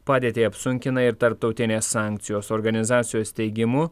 padėtį apsunkina ir tarptautinės sankcijos organizacijos teigimu